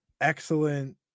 Excellent